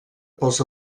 pels